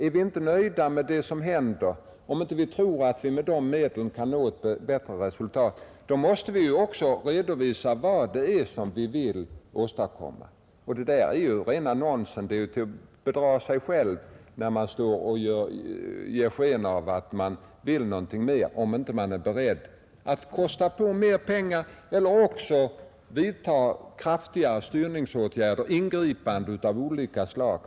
Är vi inte nöjda med det som händer och inte tror att man med de medlen kan nå ett bättre resultat, måste vi också redovisa vad vi vill göra. Allt annat är nonsens, och det är att bedra sig själv om man ger sken av att vilja någonting mer, men inte är beredd att kosta på mera pengar eller vidta kraftigare styrningsåtgärder, ingripanden av olika slag.